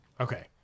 Okay